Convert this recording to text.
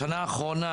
בשנה האחרונה,